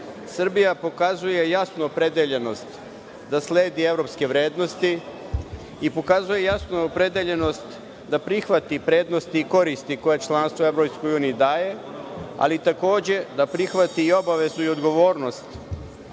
Srbija pokazuje jasnu opredeljenost da sledi evropske vrednosti, i pokazuje jasnu opredeljenost da prihvati prednosti i koristi koje članstvo u EU daje, ali takođe da prihvati i obavezu i odgovornost